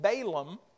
Balaam